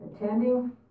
attending